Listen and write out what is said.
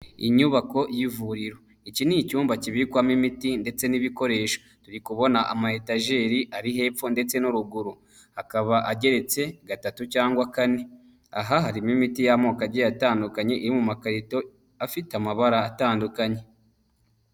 Inyubako y'ivuriro. Iki ni icyumba kibikwamo imiti ndetse n'ibikoresho; turi kubona amatajeri ari hepfo ndetse no ruguru, akaba ageretse gatatu cyangwa kane. Aha harimo imiti y'amoko atandukanye iri mu makarito, afite amabara atandukanye.